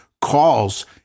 calls